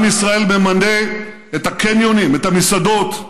עם ישראל ממלא את הקניונים, את המסעדות,